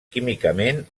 químicament